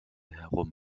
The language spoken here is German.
herum